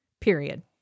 period